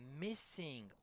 missing